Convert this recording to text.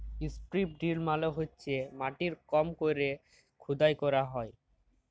strip drill মালে হইসে মাটির কম কইরে খুদাই ক্যইরা হ্যয়